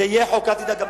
יהיה חוק, אל תדאג.